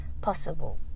possible